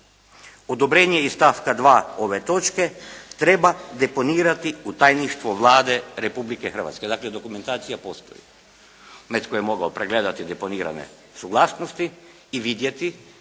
Odobrenje iz stavka 2. ove točke treba deponirati u tajništvo Vlade Republike Hrvatske. Dakle dokumentacija postoji. Netko je mogao pregledati deponirane suglasnosti i vidjeti